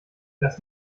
lass